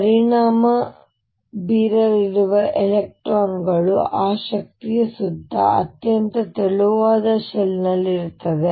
ಪರಿಣಾಮ ಬೀರಲಿರುವ ಎಲೆಕ್ಟ್ರಾನ್ ಗಳು ಆ ಶಕ್ತಿಯ ಸುತ್ತ ಅತ್ಯಂತ ತೆಳುವಾದ ಶೆಲ್ ನಲ್ಲಿರುತ್ತವೆ